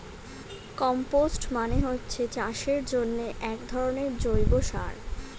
compost মানে হচ্ছে চাষের জন্যে একধরনের জৈব সার